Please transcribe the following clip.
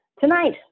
Tonight